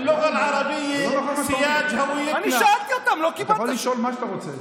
(אומר בערבית: השפה הערבית,) כבוד היושב-ראש,